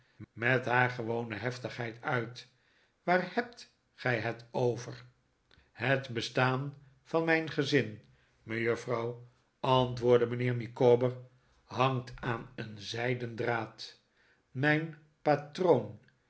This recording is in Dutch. met haar gewone heftigheid uit waar hebt gij het over het bestaan van mijn gezin mejuffrouw antwoordde mijnheer micawber hangt aan een zijden draad mijn patroon